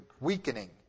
weakening